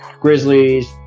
Grizzlies